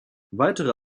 weitere